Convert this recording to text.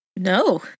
no